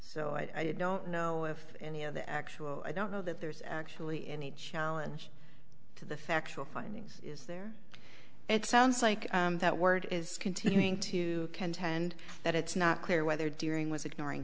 so i don't know if any of the actual i don't know that there's actually any challenge to the factual findings is there it sounds like that word is continuing to contend that it's not clear whether dering w